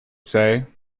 say